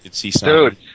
dude